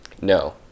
No